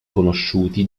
conosciuti